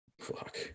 Fuck